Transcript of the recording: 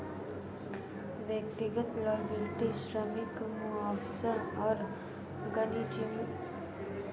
व्यक्तिगत लॉयबिलटी श्रमिक मुआवजा और वाणिज्यिक लॉयबिलटी इंश्योरेंस के प्रकार हैं